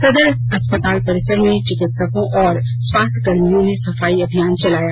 सदर अस्पताल परिसर में चिकित्सकों और स्वास्थ कर्मियों ने सफाई अभियान चलाया